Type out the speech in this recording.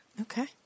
okay